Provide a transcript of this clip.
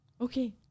okay